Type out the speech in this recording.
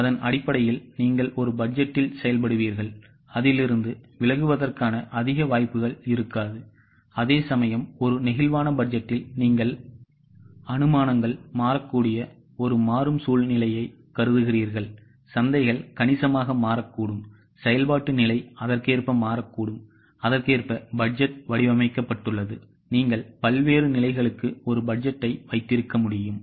அதன் அடிப்படையில் நீங்கள் ஒரு பட்ஜெட்டில் செயல்படுவீர்கள் அதிலிருந்து விலகுவதற்கான அதிக வாய்ப்புகள் இருக்காது அதேசமயம் ஒரு நெகிழ்வான பட்ஜெட்டில் நீங்கள் அனுமானங்கள் மாறக்கூடிய ஒரு மாறும் சூழ்நிலையை கருதுகிறீர்கள் சந்தைகள் கணிசமாக மாறக்கூடும் செயல்பாட்டு நிலை அதற்கேற்ப மாறக்கூடும் அதற்கேற்ப பட்ஜெட் வடிவமைக்கப்பட்டுள்ளது நீங்கள் பல்வேறு நிலைகளுக்கு ஒரு பட்ஜெட்டை வைத்திருக்க முடியும்